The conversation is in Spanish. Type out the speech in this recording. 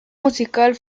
musical